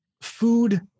food